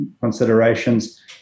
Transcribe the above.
considerations